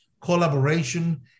Collaboration